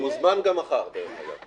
מוזמן גם מחר, דרך אגב.